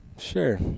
Sure